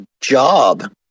job